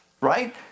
Right